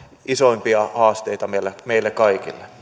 isoimpia haasteita meille kaikille